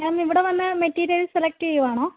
മാം ഇവിടെ വന്ന് material select ചെയ്യുവാണോ